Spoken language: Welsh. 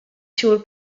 siŵr